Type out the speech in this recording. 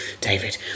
David